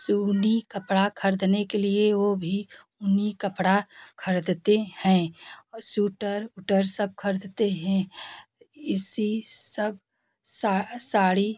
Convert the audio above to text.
सूनी कपड़ा खरदने के लिए ओ भी ऊनी कपड़ा खरदते हैं और सूटर उटर सब खरीदते हैं इसी सब साड़ी